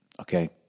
Okay